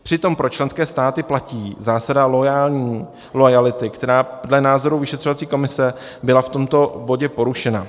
Přitom pro členské státy platí zásada loajality, která dle názoru vyšetřovací komise byla v tomto bodě porušena.